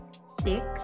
six